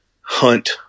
hunt